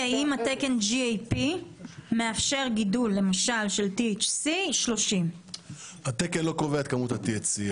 האם התקן GAP מאפשר גידול למשל של THC-30. התקן לא קובע את כמות ה-THC.